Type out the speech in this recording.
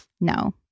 no